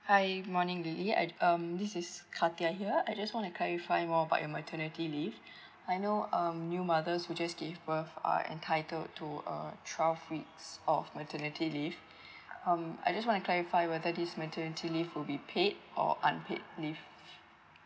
hi good morning lily I um this is katia here I just want to clarify more about your maternity leave I know um new mother who just give birth are entitled to uh twelve weeks of maternity leave um I just want to clarify whether this maternity leave will be paid or unpaid leave